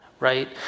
right